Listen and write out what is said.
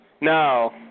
no